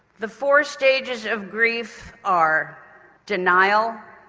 the four stages of grief are denial,